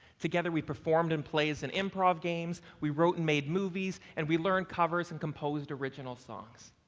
together we performed in plays and improv games, we wrote and made movies, and we learned covers and composed original songs.